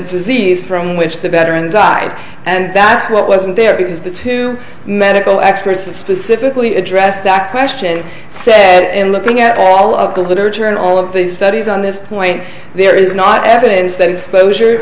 disease from which the veteran died and that's what wasn't there because the two medical experts that specifically addressed that question said in looking at all of the literature and all of the studies on this point there is not evidence that exposure